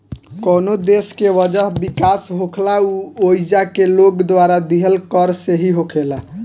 कवनो देश के वजह विकास होखेला उ ओइजा के लोग द्वारा दीहल कर से ही होखेला